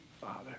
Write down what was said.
Father